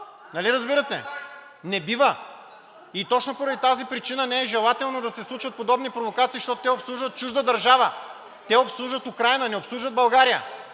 Нали разбирате? Не бива! И точно поради тази причина не е желателно да се случват подобни провокации, защото те обслужват чужда държава, те обслужват Украйна, не обслужват България.